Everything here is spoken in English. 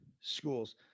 schools